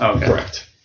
Correct